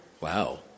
Wow